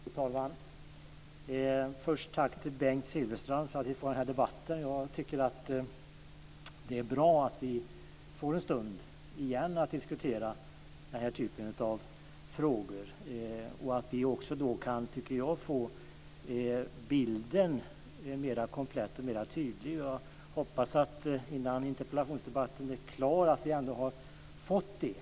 Fru talman! Först vill jag tacka Bengt Silfverstrand för att vi får denna debatt. Jag tycker att det är bra att vi får en stund igen att diskutera den här typen av frågor och att vi också kan få bilden mera komplett och tydlig. Jag hoppas att vi innan interpellationsdebatten är avslutad ska ha fått det.